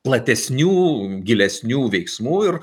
platesnių gilesnių veiksmų ir